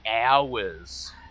hours